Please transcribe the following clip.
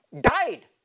died